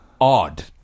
odd